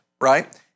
right